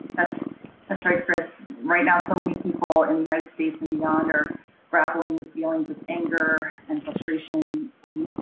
that's that's right, chris. right now, so many people in the united states and beyond are grappling with feelings of anger and frustration, deep,